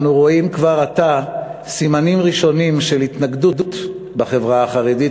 אנו רואים כבר עתה סימנים ראשונים של התנגדות בחברה החרדית,